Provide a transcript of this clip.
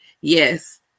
yes